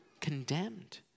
condemned